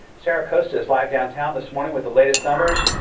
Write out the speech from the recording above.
sarah acosta is live downtown this morning with the latest numbers.